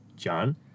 John